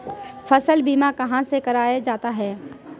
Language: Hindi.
फसल बीमा कहाँ से कराया जाता है?